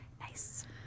Nice